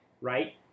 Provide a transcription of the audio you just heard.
right